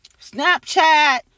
Snapchat